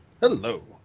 Hello